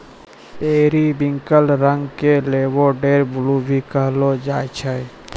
periwinkle रंग क lavender blue भी कहलो जाय छै